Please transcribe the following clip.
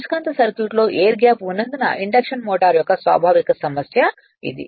అయస్కాంత సర్క్యూట్లో air gap ఉన్నందున ఇండక్షన్ మోటర్ యొక్క స్వాభావిక సమస్య ఇది